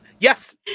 Yes